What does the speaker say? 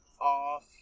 off